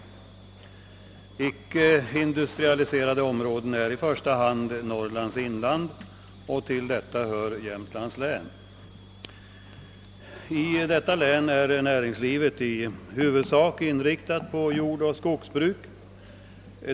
Icke industrialiserade områden är i första hand Norrlands inland, till vilket Jämtlands län hör. I Jämtlands län är näringslivet i huvudsak inriktat på jordoch skogsbruk.